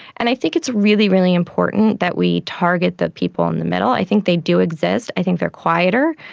and i think it's really, really important that we target the people in the middle. i think they do exist. i think they are quieter.